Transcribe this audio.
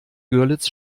görlitz